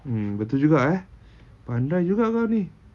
hmm betul juga eh pandai juga kau ni